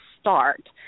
start